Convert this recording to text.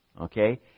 Okay